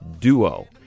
duo